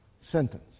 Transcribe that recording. sentence